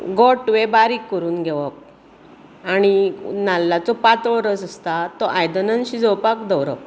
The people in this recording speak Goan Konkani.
गोड तुवें बारीक करून घेवप आनीक नाल्लाचो पातळ रस आसता तो आयदनांत शिजोवपाक दवरप